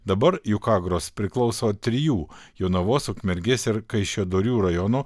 dabar jukagros priklauso trijų jonavos ukmergės ir kaišiadorių rajono